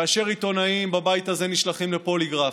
כאשר עיתונאים בבית הזה נשלחים לפוליגרף,